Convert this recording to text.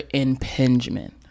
impingement